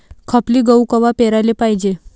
खपली गहू कवा पेराले पायजे?